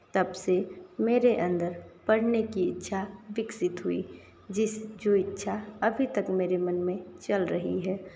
तब से मेरे अंदर पढ़ने की इच्छा विकसित हुई जिस जो इच्छा अभी तक मेरे मन में चल रही है